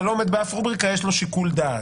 לא עומד באף רובריקה יש לו שיקול דעת.